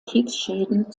kriegsschäden